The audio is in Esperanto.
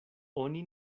oni